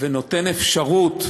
ונותן אפשרות,